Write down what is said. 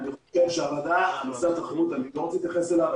איני רוצה להתייחס אליו.